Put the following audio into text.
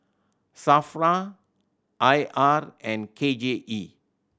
SAFRA I R and K J E